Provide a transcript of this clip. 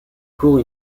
cours